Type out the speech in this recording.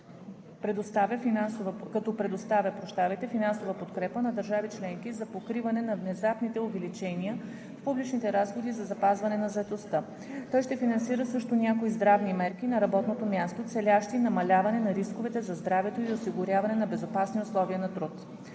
като предоставя финансова подкрепа на държави членки за покриване на внезапните увеличения в публичните разходи за запазване на заетостта. Той ще финансира също някои здравни мерки на работното място, целящи намаляване на рисковете за здравето и осигуряване на безопасни условия на труд.